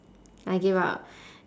I gave up